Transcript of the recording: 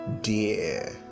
dear